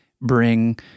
bring